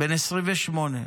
בן 28,